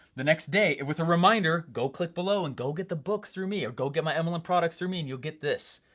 the next day, with a reminder, go click below and go get the book through me, or go get my mlm and products through me, and you'll get this.